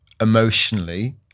emotionally